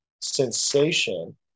sensation